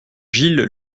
gilles